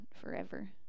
forever